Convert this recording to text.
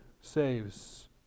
saves